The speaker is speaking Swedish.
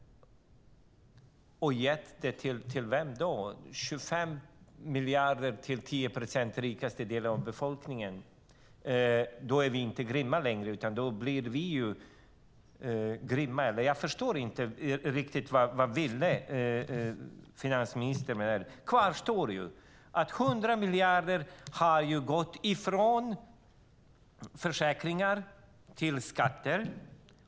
Och till vem har han gett dem? Jo, han har gett 25 miljarder till de 10 procent av befolkningen som är rikast. Då är vi inte grymma längre - eller? Jag förstår inte riktigt vad finansminister vill. Kvar står ju att 100 miljarder har gått från försäkringar till skatter.